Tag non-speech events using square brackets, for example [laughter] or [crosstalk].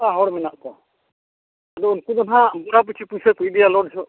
[unintelligible] ᱦᱚᱲ ᱢᱮᱱᱟᱜ ᱠᱚᱣᱟ ᱟᱫᱚ ᱩᱱᱠᱩ ᱫᱚ ᱦᱟᱸᱜ ᱜᱚᱲᱟ ᱯᱤᱪᱷᱩ ᱯᱩᱭᱥᱟᱹ ᱠᱚ ᱤᱫᱤᱭᱟ [unintelligible] ᱡᱚᱦᱚᱜ